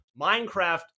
Minecraft